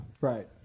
Right